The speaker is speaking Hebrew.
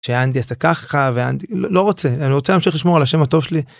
שאנט זה ככה ואני לא רוצה אני רוצה להמשיך לשמור על השם הטוב שלי.